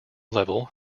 level